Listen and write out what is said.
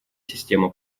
система